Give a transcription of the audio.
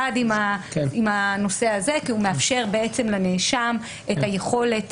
עם הנושא הזה כי הוא מאפשר לנאשם את היכולת